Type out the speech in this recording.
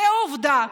זו העובדה.